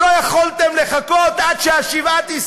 לא יכולתם לחכות עד סיום השבעה?